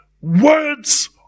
words